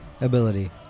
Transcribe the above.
ability